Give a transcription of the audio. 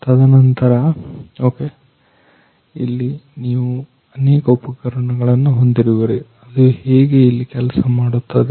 ತದನಂತರ ಓಕ ಇಲ್ಲಿ ನೀವು ಅನೇಕ ಉಪಕರಣಗಳನ್ನು ಹೊಂದಿರುವಿರಿ ಅದು ಹೇಗೆ ಇಲ್ಲಿ ಕೆಲಸ ಮಾಡುತ್ತದೆ